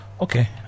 Okay